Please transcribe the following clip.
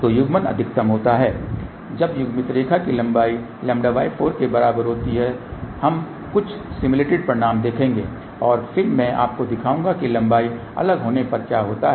तो युग्मन अधिकतम होता है जब युग्मित रेखा की लंबाई λ4 के बराबर होती है हम कुछ सिम्युलेटेड परिणाम देखेंगे और फिर मैं आपको दिखाऊंगा कि लंबाई अलग होने पर क्या होता है